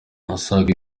usabwa